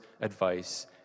advice